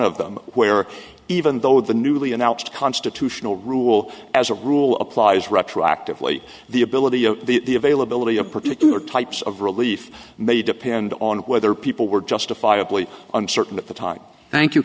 of them where even though the newly announced constitutional rule as a rule applies retroactively the ability of the veil ability of particular types of relief may depend on whether people were justifiably uncertain at the time thank you